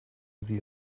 sie